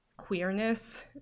queerness